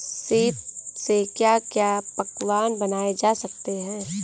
सीप से क्या क्या पकवान बनाए जा सकते हैं?